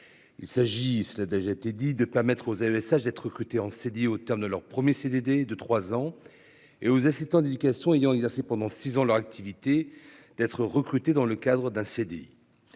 Il s'agisse déjà été dit de permettre aux et messages d'être recruté en CDI au terme de leur 1er CDD de 3 ans et aux assistants d'éducation ayant exercé pendant 6 ans leur activité, d'être recruté dans le cadre d'un CDI.